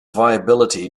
viability